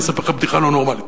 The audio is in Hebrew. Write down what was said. אני אספר לך בדיחה לא נורמלית.